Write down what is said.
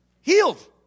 healed